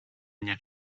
mnie